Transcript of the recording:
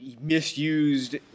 misused